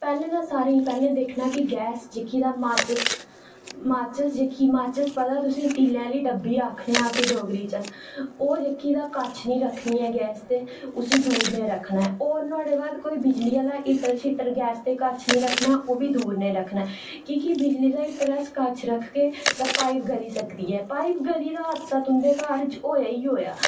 पैह्लें दिक्खना कि गैस जेह्की तां माचिस माचिस जेह्की तुसेंगी पता जिसी तीलें आह्ली डब्बी आखने आं डोगरी च अस ओह् जेह्की तां कश निं रक्खनी ऐ गैस दे उसी दूर निहें रक्खना ऐ ते होर नुहाड़े बाद कोई बिजली आह्ला कोई हीटर कोई कश निं रक्खना ओह्बी दूर निहां रक्खना की के बिजली दा हीटर अस कश रक्खगे तां पाईप गली सकदी ऐ ते पाईप गली तां हादसा तुंदे घर होया ई होया